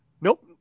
Nope